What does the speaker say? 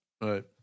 Right